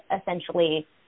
essentially